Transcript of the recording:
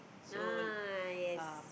ah yes